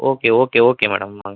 okay okay okay madam வாங்க